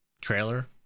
trailer